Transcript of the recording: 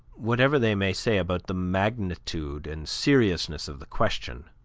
whatever they may say about the magnitude and seriousness of the question,